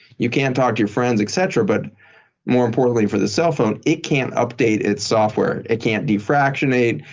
you can't talk to your friends et cetera but more importantly for the cell phone, it can't update its software. it it can't defractionate.